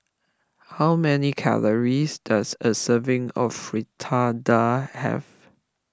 how many calories does a serving of Fritada have